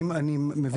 אני מבין.